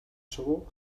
шувуу